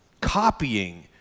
copying